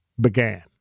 began